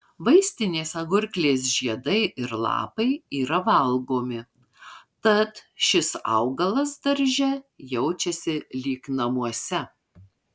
vaistinės agurklės žiedai ir lapai yra valgomi tad šis augalas darže jaučiasi lyg namuose